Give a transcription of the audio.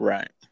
Right